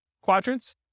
quadrants